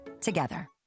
together